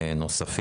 הרדאר.